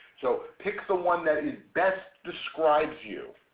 so, pick the one that best describes you.